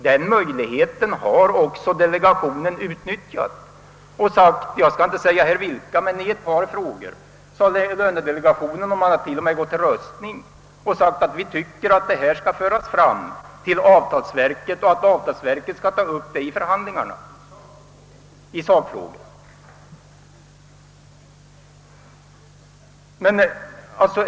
Den möjligheten har också utnyttjats. I ett par frågor — jag skall ej säga vilka det var — har lönedelegationen till och med gått till röstning och begärt att få sina synpunkter framförda till avtalsverket så att avtalsverket skulle beakta dessa synpunkter i förhandlingarna. Herr Ohlin: I sakfrågor? Ja, i sakfrågor.